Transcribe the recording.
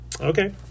Okay